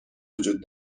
وجود